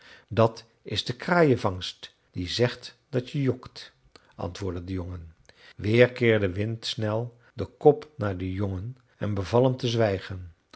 dat is de kraaienvangst die zegt dat je jokt antwoordde de jongen weer keerde windsnel den kop naar den jongen en beval hem te zwijgen